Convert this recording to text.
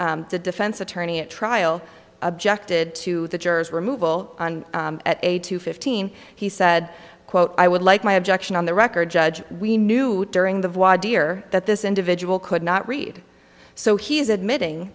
when the defense attorney at trial objected to the jurors removal on at eight to fifteen he said quote i would like my objection on the record judge we knew during the year that this individual could not read so he is admitting